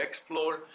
explore